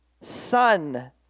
son